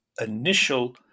initial